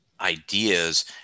ideas